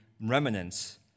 remnants